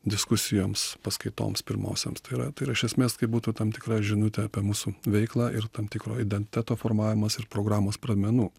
diskusijoms paskaitoms pirmosioms tai yra tai yra iš esmės kaip būtų tam tikra žinutė apie mūsų veiklą ir tam tikro identiteto formavimas ir programos pradmenų